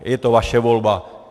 Je to vaše volba.